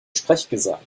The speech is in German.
sprechgesang